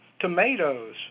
tomatoes